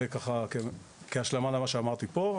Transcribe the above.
זה ככה להשלמה למה שאמרתי פה.